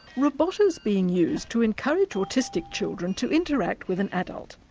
robota is being used to encourage autistic children to interact with an adult,